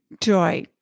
joy